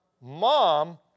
mom